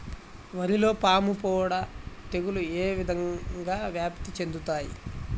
వరిలో పాముపొడ తెగులు ఏ విధంగా వ్యాప్తి చెందుతాయి?